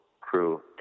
crew